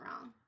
wrong